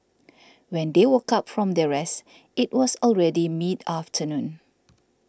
when they woke up from their rest it was already mid afternoon